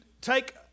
take